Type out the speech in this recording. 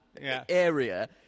area